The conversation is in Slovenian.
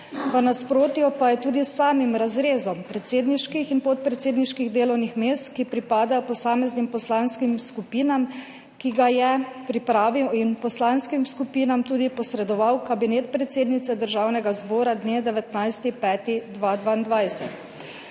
nasprotju pa je tudi s samim razrezom predsedniških in podpredsedniških delovnih mest, ki pripadajo posameznim poslanskim skupinam, ki ga je pripravil in poslanskim skupinam tudi posredoval Kabinet predsednice Državnega zbora dne 19. 5. 2022.